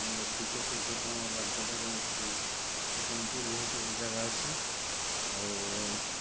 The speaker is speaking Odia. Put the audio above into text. ଆମର ଦ୍ୱିତୀୟ ଶ୍ରୀକ୍ଷେତ୍ର ଆମର ବାରିପଦାରେ ଅଛି ତ ସେମିତି ବହୁତ ଜାଗା ଅଛି ଆଉ